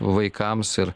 vaikams ir